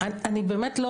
אני באמת לא